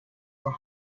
were